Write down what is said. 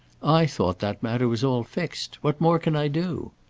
i thought that matter was all fixed. what more can i do?